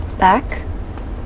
back